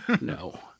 No